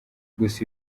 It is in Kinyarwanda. gusa